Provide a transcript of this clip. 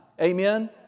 Amen